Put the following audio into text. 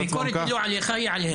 הביקורת היא לא עליך; היא עליהם.